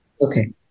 Okay